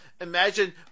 imagine